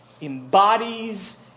embodies